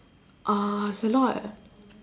uh it's a lot